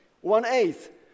one-eighth